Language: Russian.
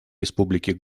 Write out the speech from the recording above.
республики